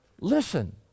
listen